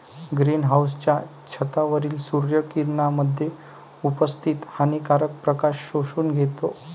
green हाउसच्या छतावरील सूर्य किरणांमध्ये उपस्थित हानिकारक प्रकाश शोषून घेतो